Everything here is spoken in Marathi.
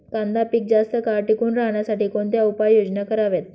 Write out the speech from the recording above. कांदा पीक जास्त काळ टिकून राहण्यासाठी कोणत्या उपाययोजना कराव्यात?